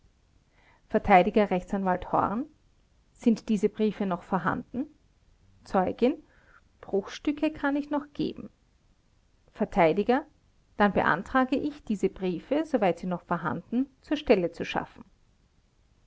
vert r a horn sind diese briefe noch vorhanden zeugin bruchstücke kann ich noch geben vert dann beantrage ich diese briefe soweit sie noch vorhanden zur stelle zu schaffen